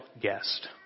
guest